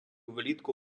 влітку